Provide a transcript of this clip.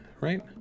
right